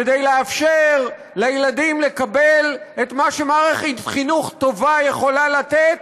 כדי לאפשר לילדים לקבל את מה שמערכת חינוך טובה יכולה לתת